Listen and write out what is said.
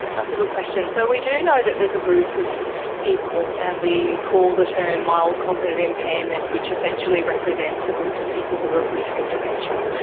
and and that's a good question. so we do know that there is a group of people and we call the term mild cognitive impairment, which essentially represents a group of people who are at risk of dementia.